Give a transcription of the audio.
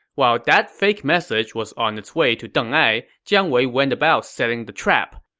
while that fake message was on its way to deng ai, jiang wei went about setting the trap.